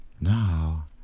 Now